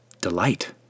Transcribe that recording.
delight